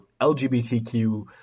LGBTQ